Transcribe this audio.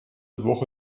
woche